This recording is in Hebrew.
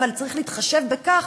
אבל צריך להתחשב בכך,